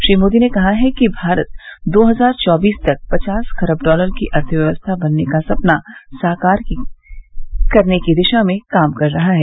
श्री मोदी ने कहा कि भारत दो हजार चौबीस तक पचास खरब डॉलर की अर्थव्यवस्था बनने का सपना साकार करने की दिशा में काम कर रहा है